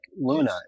Luna